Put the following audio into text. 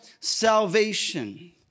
salvation